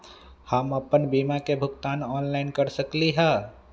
हम अपन बीमा के भुगतान ऑनलाइन कर सकली ह?